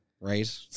right